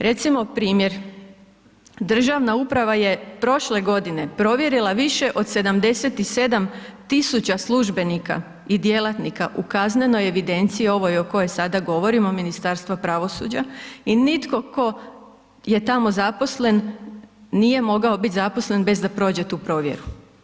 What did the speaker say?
Recimo primjer, državna uprava je prošle godine provjerila više od 77 000 tisuća službenika i djelatnika u kaznenoj evidenciji, ovoj o kojoj sada govorimo, Ministarstva pravosuđa i nitko tko je tamo zaposleni nije mogao bit zaposlen bez da prođe tu provjeru.